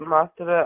Master